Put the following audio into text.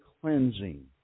cleansing